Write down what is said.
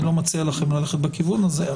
אני לא מציע לכם ללכת בכיוון הזה,